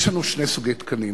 יש לנו שני סוגי תקנים,